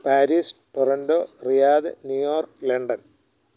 Paris Toronto Riyadh New York London